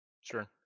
Sure